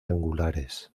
angulares